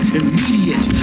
immediate